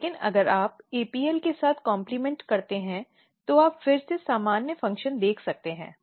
लेकिन अगर आप APL के साथ कॉम्प्लिमॅन्ट करते हैं तो आप फिर से सामान्य फंक्शन देख सकते हैं